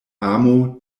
amo